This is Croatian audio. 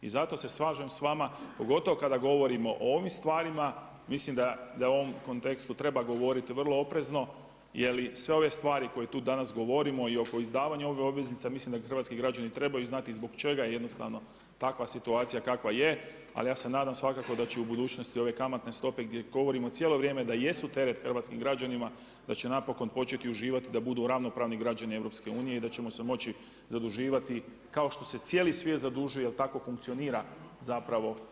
I zato se slažem s vama, pogotovo kada govorimo o ovim stvarima mislim da u ovom kontekstu treba govoriti vrlo oprezno, jer i sve ove stvari koje tu danas govorimo i oko izdavanje ovih obveznica, mislim da hrvatski građani trebaju znati, zbog čega je jednostavno takva situacija kakva je, ali ja se nadam, svakako da će u budućnosti, ove kamatne stope, gdje govorimo cijelo vrijeme da jesu teret hrvatskih građana, da će napokon početi uživati da budu ravnopravni građani EU i da ćemo se možda zaduživati, kao što se cijeli svijet zadužuje, jer tako funkcionira zapravo.